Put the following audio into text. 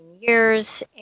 years